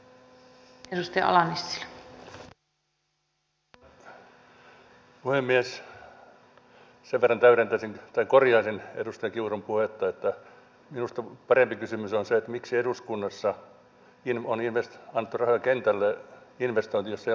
sen verran täydentäisin tai korjaisin edustaja kiurun puhetta että minusta parempi kysymys on se miksi eduskunnassa on annettu rahoja investointiin kentälle jossa ei ole lainkaan lentoja